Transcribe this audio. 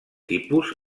tipus